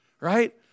right